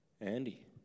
Andy